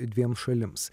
dviem šalims